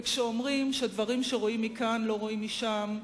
וכשאומרים שדברים שרואים מכאן לא רואים משם,